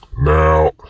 Now